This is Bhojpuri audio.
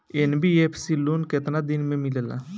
एन.बी.एफ.सी लोन केतना दिन मे मिलेला?